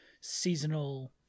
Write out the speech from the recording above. seasonal